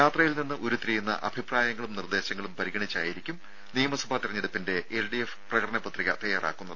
യാത്രയിൽ ഉരുത്തിരിയുന്ന അഭിപ്രായങ്ങളും നിർദേശങ്ങളും നിന്ന് പരിഗണിച്ചായിരിക്കും നിയമസഭാ തെരഞ്ഞെടുപ്പിൽ എൽഡിഎഫിന്റെ പ്രകടന പത്രിക തയാറാക്കുന്നത്